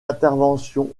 interventions